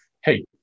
Hey